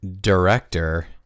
director